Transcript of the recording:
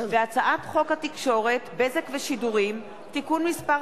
והצעת חוק התקשורת (בזק ושידורים) (תיקון מס'